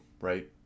right